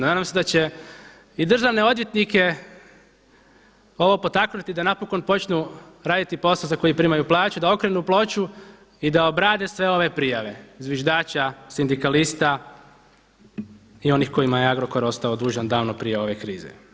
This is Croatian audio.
Nadam se da će i državne odvjetnike ovo potaknuti da napokon počnu raditi posao za koji primaju plaću, da okrenu ploču i da obrade sve ove prijave zviždača, sindikalista i onih kojima je Agrokor ostao dužan davno prije ove krize.